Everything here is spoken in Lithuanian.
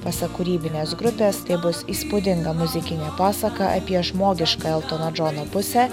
pasak kūrybinės grupės tai bus įspūdinga muzikinė pasaka apie žmogišką eltono džono pusę